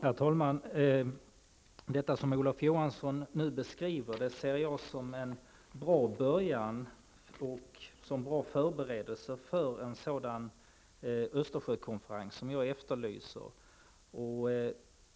Herr talman! Det som Olof Johansson nu beskriver ser jag som en bra början och som en bra förberedelse för en sådan Östersjökonferens som jag efterlyser.